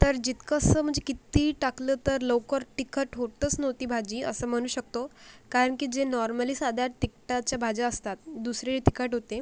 तर जितकंसं म्हणजे कितीही टाकलं तर लवकर तिखट होतच नव्हती भाजी असं म्हणू शकतो कारण की जे नॉर्मली साध्या तिखटाच्या भाज्या असतात दुसरी तिखट होते